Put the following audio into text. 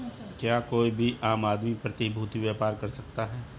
क्या कोई भी आम आदमी प्रतिभूती व्यापार कर सकता है?